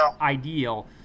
ideal